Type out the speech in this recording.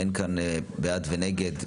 אין כאן בעד ונגד,